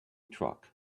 truck